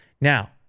Now